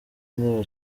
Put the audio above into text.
ndeba